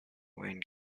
wayne